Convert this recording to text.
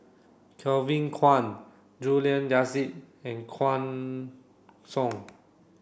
Kevin Kwan Juliana Yasin and Guan Song